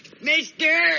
mister